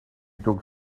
took